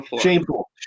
shameful